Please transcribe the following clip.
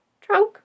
trunk